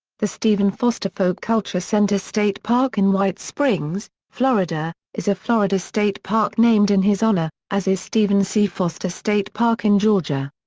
the stephen foster folk culture center state park in white springs, florida, is a florida state park named in his honor, as is stephen c. foster state park in georgia.